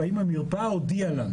והאם המרפאה הודיעה לנו.